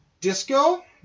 disco